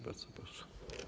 Bardzo proszę.